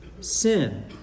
sin